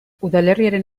udalerriaren